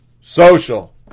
social